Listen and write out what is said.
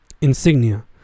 Insignia